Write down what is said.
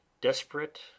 desperate